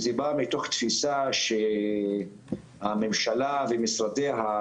זה בא מתוך תפיסה שהממשלה ומשרדי הממשלה,